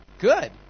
good